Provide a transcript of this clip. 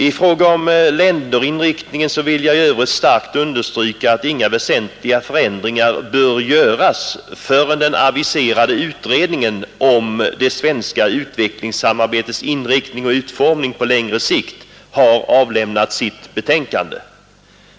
I övrigt vill jag beträffande länderinriktningen starkt understryka att inga väsentliga förändringar bör göras förrän den aviserade utredningen om det svenska utvecklingssamarbetets inriktning och utformning på längre sikt har avlämnat sitt betänkande.